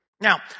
Now